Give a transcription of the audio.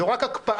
זאת רק הקפאה,